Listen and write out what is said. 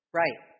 right